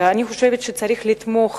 אני חושבת שצריך לתמוך